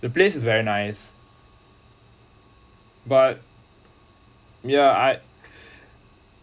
the place is very nice but yeah I